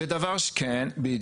כן.